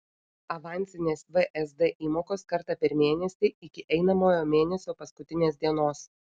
avansinės vsd įmokos kartą per mėnesį iki einamojo mėnesio paskutinės dienos